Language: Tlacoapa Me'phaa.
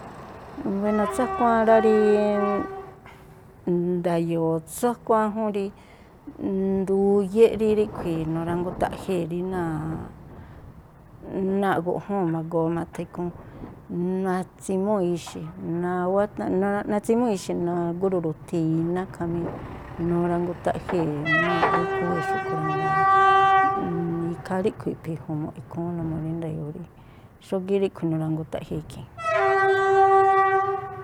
Buéno̱, tsú akuáán rá, rí nda̱yo̱o̱ tsú akuáán jún rí nduyéꞌ rí ríꞌkhui̱ nurangutaꞌjee̱ rí náa̱ꞌ guꞌjúu̱n ma̱goo ma̱tha̱ ikhúún, natsimúu̱ ixi̱, natsimúu̱ ixi̱ nagóo̱ ruru̱thii̱n iná khamí nurangutaꞌjee̱ náa̱ꞌ rí khúwée̱ xúꞌkhui̱ rá, jngáa̱ ikhaa ríꞌkhui̱ iꞌphi̱ iju̱mu̱ꞌ ikhúún numuu rí nda̱yo̱o̱ rí xógíꞌ ríꞌkhui̱ nurangutaꞌjee̱ ikhii̱n.